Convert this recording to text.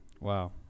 Wow